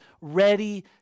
ready